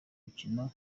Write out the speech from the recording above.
mikino